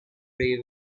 prey